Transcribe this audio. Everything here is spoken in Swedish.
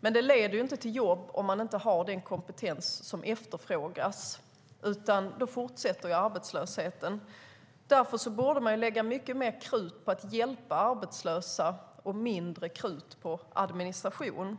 Men det leder inte till jobb om man inte har den kompetens som efterfrågas. Har man inte den kompetensen fortsätter arbetslösheten. Därför borde det läggas mycket mer krut på att hjälpa arbetslösa och mindre krut på administration.